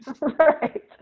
Right